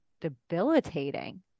debilitating